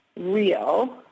real